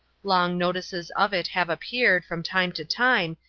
long notices of it have appeared, from time to time,